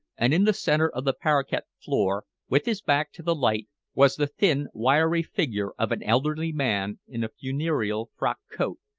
and in the center of the parquet floor, with his back to the light, was the thin, wiry figure of an elderly man in a funereal frock-coat,